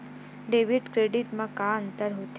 Debit credit मा का अंतर होत हे?